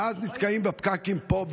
ואז נתקעים בפקקים פה,